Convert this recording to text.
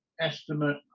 estimate